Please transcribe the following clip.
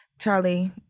Charlie